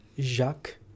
Jacques